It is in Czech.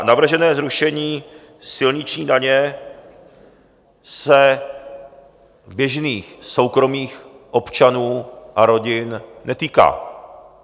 Navržené zrušení silniční daně se běžných soukromých občanů a rodin netýká.